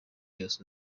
yose